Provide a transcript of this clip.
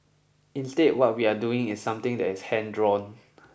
instead what we are doing is something that is hand drawn